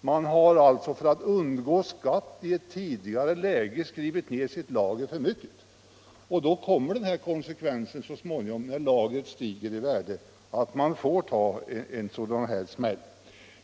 Man har för att undgå skatt i ett tidigare läge skrivit ner sitt lager för mycket. Då blir konsekvensen så småningom när lagret stiger i värde att man får ta en sådan här smäll.